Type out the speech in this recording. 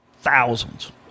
Thousands